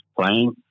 playing